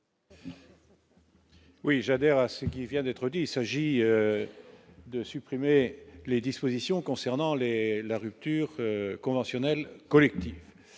Oui j'adhère à ce qui vient d'être dit, il s'agit de supprimer les dispositions concernant les la rupture conventionnelle collective